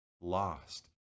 lost